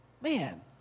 man